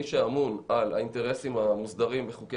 מי שאמון על האינטרסים המוסדרים וחוקי